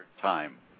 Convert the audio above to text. time